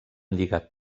lligar